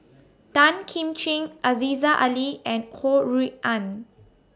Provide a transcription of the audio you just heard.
Tan Kim Ching Aziza Ali and Ho Rui An